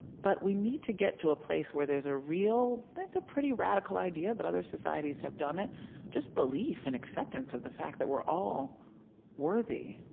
but we need to get to a place where there's a real it's a pretty radical idea, but other societies have done it just belief and acceptance of the fact that we're all worthy